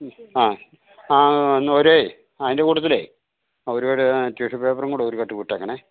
ആ ആ ഒരു അതിൻ്റെ കൂട്ടത്തിൽ ഒരു ടിഷ്യൂ പേപ്പറും കൂടെ ഒരു കെട്ട് വിട്ടേക്കണം